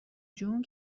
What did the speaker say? جون